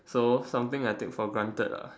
so something I take for granted ah